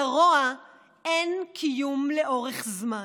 לרוע אין קיום לאורך זמן.